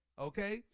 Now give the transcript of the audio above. Okay